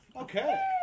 Okay